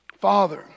Father